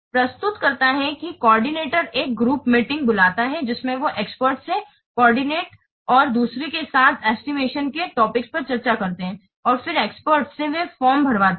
प्रस्तुत करता है फिर कोऑर्डिनेटर एक ग्रुप मीटिंग बुलाता है जिसमें वो एक्सपर्ट से कोऑर्डिनेट और एक दूसरे के साथ एस्टिमॅटिन के टॉपिक पर चर्चा करते हैं और फिर एक्सपर्टसे वे फॉर्मभरवाते हैं